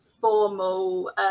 formal